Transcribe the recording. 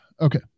Okay